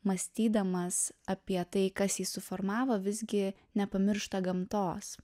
mąstydamas apie tai kas jį suformavo visgi nepamiršta gamtos